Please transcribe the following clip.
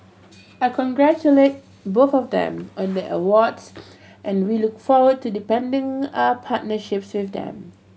I congratulate both of them on their awards and we look forward to deepening our partnerships with them